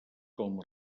com